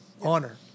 honor